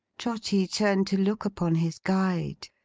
trotty turned to look upon his guide.